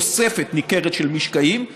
תוספת ניכרת של משקעים,